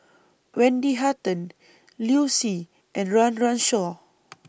Wendy Hutton Liu Si and Run Run Shaw